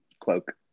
cloak